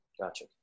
gotcha